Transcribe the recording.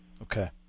Okay